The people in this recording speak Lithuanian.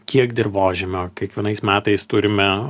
kiek dirvožemio kiekvienais metais turime